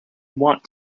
want